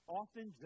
often